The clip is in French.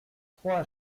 trois